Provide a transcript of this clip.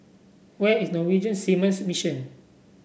where is Norwegian Seamen's Mission